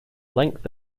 length